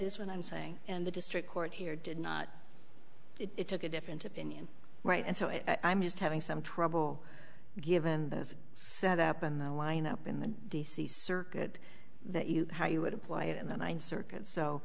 is what i'm saying and the district court here did not it took a different opinion right and so i am just having some trouble given this set up in the line up in the d c circuit that you how you would apply it in the ninth circuit so